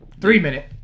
Three-minute